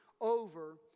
over